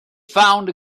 found